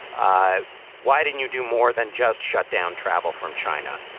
ah why didn't you do more than just shut down travel from china?